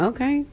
Okay